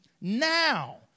Now